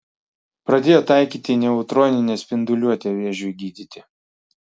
pradėjo taikyti neutroninę spinduliuotę vėžiui gydyti